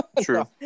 True